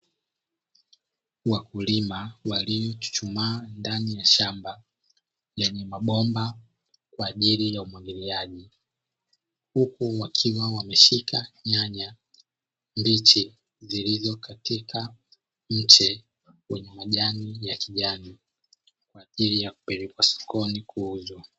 Wakulima waliochuchumaa ndani ya shamba, lenye mabomba kwa ajili ya umwagiliaji huku wakiwa wameshika nyanya mbichi zilizokatika mche wenye majani ya kijani, kwa ajili ya kupelekwa sokoni kuuzwa.